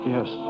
Yes